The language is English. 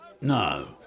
No